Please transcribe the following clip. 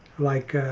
like